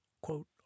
quote